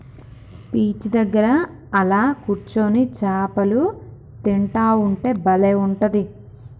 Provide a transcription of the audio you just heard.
beach దగ్గర అలా కూర్చొని చాపలు తింటా ఉంటే బలే ఉంటది